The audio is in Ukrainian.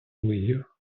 видів